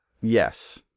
Yes